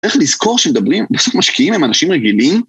איך לזכור שמדברים... בסוף משקיעים הם אנשים רגילים...